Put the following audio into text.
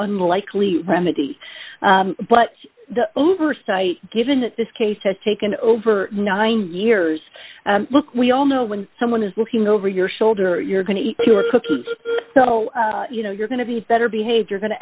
unlikely remedy but the oversight given that this case has taken over nine years look we all know when someone is looking over your shoulder you're going to eat your cookies so you know you're going to be better behaved